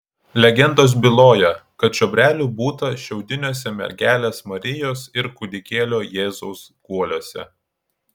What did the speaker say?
legendos byloja kad čiobrelių būta šiaudiniuose mergelės marijos ir kūdikėlio jėzaus guoliuose